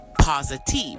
Positive